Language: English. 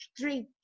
three